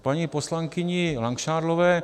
K paní poslankyni Langšádlové.